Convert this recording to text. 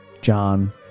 John